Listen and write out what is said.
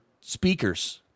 speakers